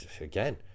again